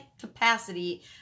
capacity